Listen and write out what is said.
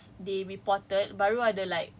mm like cause some people notice like